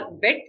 bit